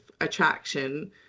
attraction